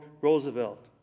Roosevelt